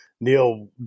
Neil